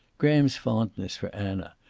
graham's fondness for anna,